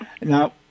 Now